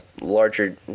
larger